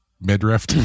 midriff